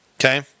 Okay